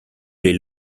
les